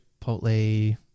chipotle